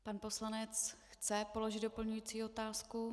Pan poslanec chce položit doplňující otázku.